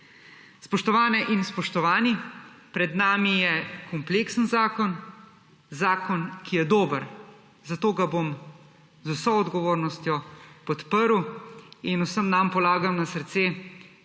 Spoštovane in spoštovani, pred nami je kompleksen zakon, zakon, ki je dober, zato ga bom z vso odgovornostjo podprl in vsem nam polagam na srce,